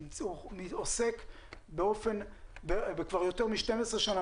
שעוסק כבר יותר מ-12 שנה,